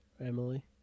Emily